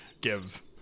give